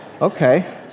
okay